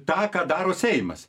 tą ką daro seimas